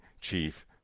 Chief